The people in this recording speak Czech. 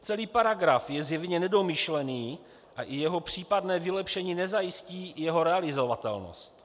Celý paragraf je zjevně nedomyšlený a i jeho případné vylepšení nezajistí jeho realizovatelnost.